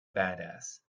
badass